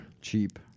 cheap